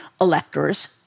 electors